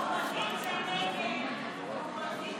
חברי הכנסת)